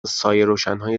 سایهروشنهای